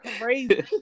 crazy